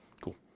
Cool